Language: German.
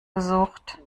gesucht